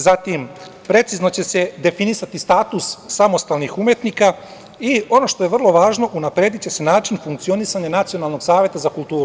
Zatim, precizno će se definisati status samostalnih umetnika i ono što je vrlo važno unaprediće se način funkcionisanja Nacionalnog saveta za kulturu.